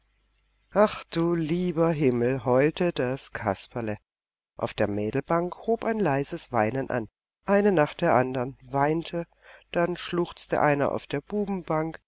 ach du lieber himmel heulte das kasperle auf der mädelbank hob ein leises weinen an eine nach der andern weinte dann schluchzte einer auf der bubenbank